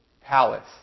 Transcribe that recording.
palace